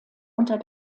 unter